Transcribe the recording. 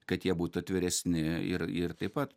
kad jie būtų atviresni ir ir taip pat